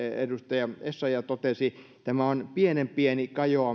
edustaja essayah totesi tämä on tietenkin pienen pieni kajoaminen niihin